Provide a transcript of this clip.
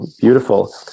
Beautiful